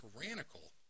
tyrannical